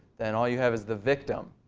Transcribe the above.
then all you have is the victim.